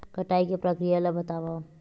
कटाई के प्रक्रिया ला बतावव?